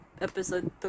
episode